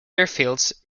airfields